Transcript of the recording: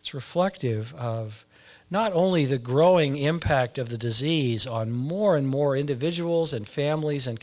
it's reflective of not only the growing impact of the disease on more and more individuals and families and